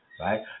right